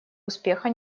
успеха